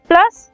Plus